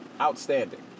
Outstanding